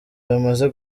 bamaze